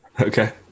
Okay